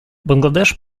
бангладеш